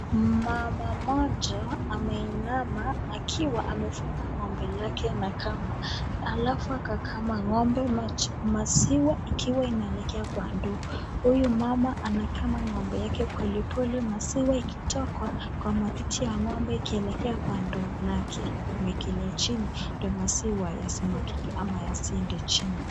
Mama mmoja ameinama akiwa amefunga ng'ombe lake na kamba halafu akakama ng'ombe maziwa ikiwa inaelekea kwa ndoo. Huyu mama anakama ng'ombe yake polepole maziwa ikitokwa kwa matiti ya ng'ombe ikielekea kwa ndoo lake ameweka chini ndiyo maziwa yasimwagike ama yasiende chini.